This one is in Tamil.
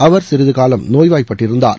அவர் சிறிதுகாலம் நோய்வாய்ப்பட்டிருந்தார்